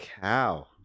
cow